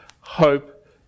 hope